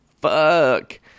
Fuck